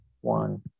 one